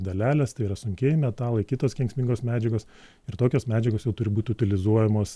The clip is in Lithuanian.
dalelės tai yra sunkieji metalai kitos kenksmingos medžiagos ir tokios medžiagos jau turi būt utilizuojamos